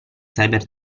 cyber